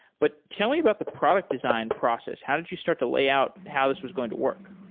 but tell me about the product design process. how did you start to lay out how this was going to work?